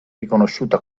riconosciuta